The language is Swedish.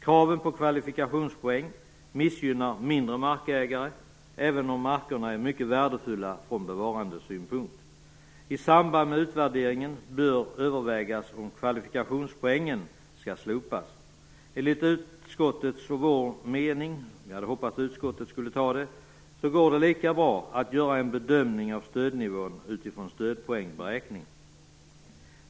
Kraven på kvalifikationspoäng missgynnar ägare av mindre marker, även om markerna är mycket värdefulla från bevarandesynpunkt. I samband med utvärderingen bör det övervägas om kvalifikationspoängen skall slopas. Enligt utskottets och vår mening - jag hade hoppats att utskottet skulle anta vårt förslag - går det lika bra att göra en bedömning av stödnivån utifrån en stödpoängberäkning.